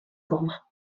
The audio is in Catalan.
goma